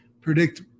predict